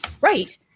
right